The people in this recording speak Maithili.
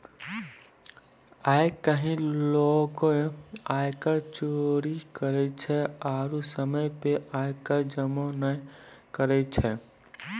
आइ काल्हि लोगें आयकर चोरी करै छै आरु समय पे आय कर जमो नै करै छै